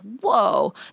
whoa